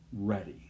ready